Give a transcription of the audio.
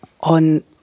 on